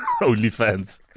OnlyFans